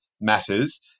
matters